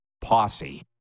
posse